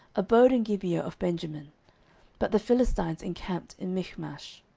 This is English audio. abode in gibeah of benjamin but the philistines encamped in michmash.